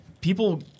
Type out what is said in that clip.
People